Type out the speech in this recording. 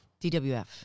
DWF